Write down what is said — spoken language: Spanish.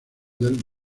del